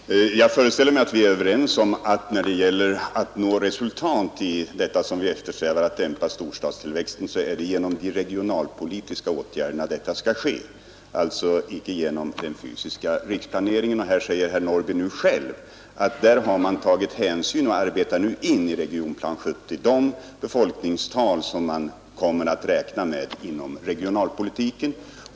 Herr talman! Jag föreställer mig att vi när det gäller att nå det resultat som vi eftersträvar, nämligen att dämpa storstadstillväxten, är överens om att det är genom de regionalpolitiska åtgärderna som detta skall ske, alltså inte genom den fysiska riksplaneringen. Herr Norrby i Åkersberga säger ju själv att man har tagit hänsyn till detta och arbetar in i Regionplan 70 de befolkningstal som man kommer att räkna med inom regionalpolitiken.